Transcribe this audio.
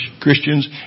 Christians